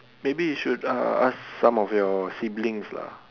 maybe you should uh ask some of your siblings lah